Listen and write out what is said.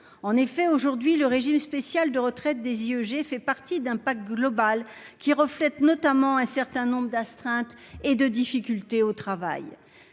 En effet, aujourd'hui, le régime spécial de retraite des IEG fait partie d'un pacte global, qui reflète notamment un certain nombre d'astreintes et de difficultés au travail.